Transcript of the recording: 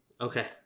Okay